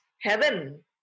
heaven